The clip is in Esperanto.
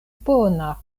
bona